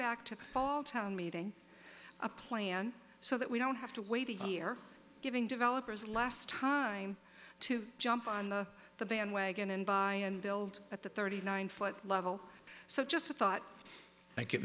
back to fall town meeting a plan so that we don't have to wait a year giving developers last time to jump on the bandwagon and buy and build at the thirty nine foot level so just a thought